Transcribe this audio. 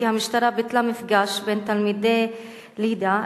כי המשטרה ביטלה מפגש בין תלמידי ליד"ה